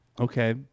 Okay